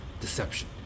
deception